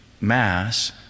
mass